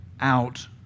out